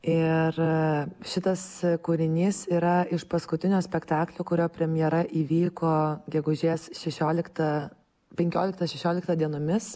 ir šitas kūrinys yra iš paskutinio spektaklio kurio premjera įvyko gegužės šešioliktą penkioliktą šešioliktą dienomis